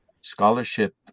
scholarship